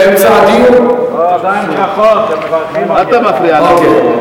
עדיין ברכות, הם מברכים אותי.